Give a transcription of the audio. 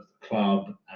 club